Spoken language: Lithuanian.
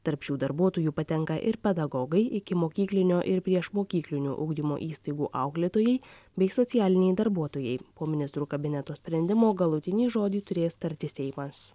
tarp šių darbuotojų patenka ir pedagogai ikimokyklinio ir priešmokyklinio ugdymo įstaigų auklėtojai bei socialiniai darbuotojai po ministrų kabineto sprendimo galutinį žodį turės tarti seimas